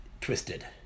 twisted